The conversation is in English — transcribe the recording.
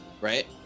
right